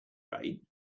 rain